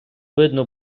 видно